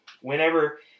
whenever